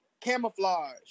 camouflage